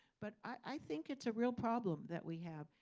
but i think it's a real problem that we have.